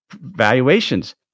valuations